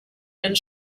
and